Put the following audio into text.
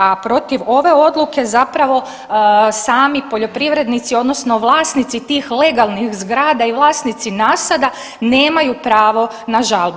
A protiv ove odluke zapravo sami poljoprivrednici odnosno vlasnici tih legalnih zgrada i vlasnici nasada nemaju pravo na žalbu.